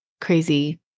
crazy